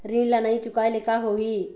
ऋण ला नई चुकाए ले का होही?